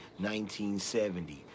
1970